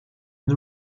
une